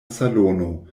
salono